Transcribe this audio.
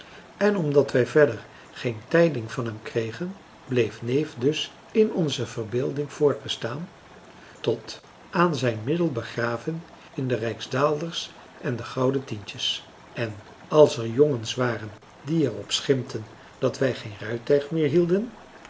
en omdat wij verder geen tijding van hem kregen bleef neef dus in onze verbeelding voortbestaan tot aan zijn middel begraven in de rijksdaalders en de gouden tientjes en als er jongens waren die er op schimpten dat wij geen rijtuig meer hielden